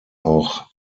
auch